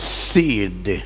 seed